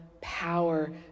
power